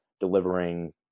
delivering